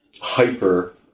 hyper